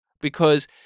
because-